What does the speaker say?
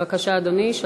בבקשה, אדוני.